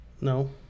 no